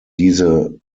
diese